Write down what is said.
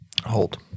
Hold